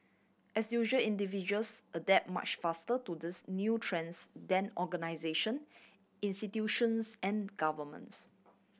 as usual individuals adapt much faster to these new trends than organisation institutions and governments